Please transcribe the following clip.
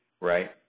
right